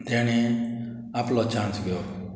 तेणें आपलो चांस घेवप